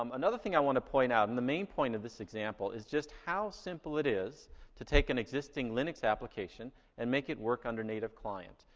um another thing i want to point out, and the main point of this example, is just how simple it is to take an existing linux application and make it work under native client.